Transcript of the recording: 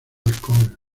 alcohol